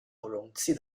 容器